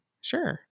sure